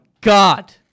God